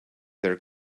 their